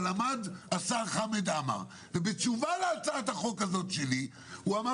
השר חמד עמאר ובתשובה להצעת החוק שלי הוא אמר